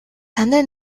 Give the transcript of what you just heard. танай